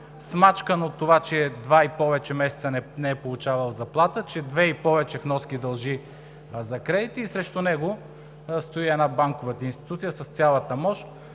смачкан от това, че два и повече месеца не е получавал заплата, че две и повече вноски дължи за кредити и срещу него стои една банкова институция с цялата мощ